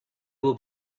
will